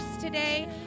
today